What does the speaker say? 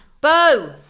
Bo